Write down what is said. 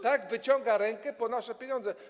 Tak, wyciąga rękę po nasze pieniądze.